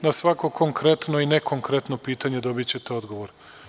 Na svako konkretno i ne konkretno pitanje dobiće te odgovor.